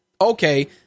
Okay